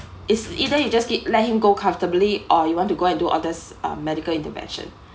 is either you just get let him go comfortably or you want to go and do all this um medical intervention